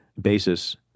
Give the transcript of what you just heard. basis